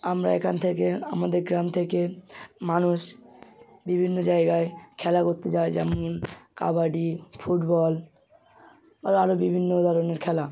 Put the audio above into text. আমরা এখান থেকে আমাদের গ্রাম থেকে মানুষ বিভিন্ন জায়গায় খেলা করতে যায় যেমন কাবাডি ফুটবল এই আরও বিভিন্ন ধরনের খেলা